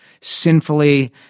sinfully